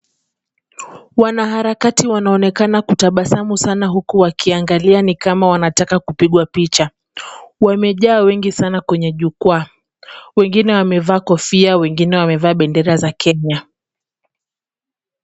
Wanaarakati wanaonekana kutabasamu sana huku wakiangalia ni kama wanataka kupigwa picha. Wamejaa wengi sana kwenye jukwaa. Wengine wamevaa kofia, wengine wamevaa bendera za Kenya.